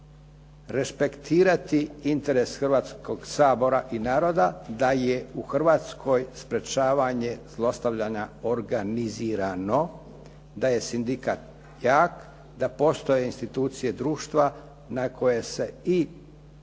da je u Hrvatskoj sprječavanje zlostavljanja organizirano, da je sindikat jak, da postoje institucije društva na koje se i